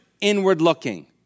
inward-looking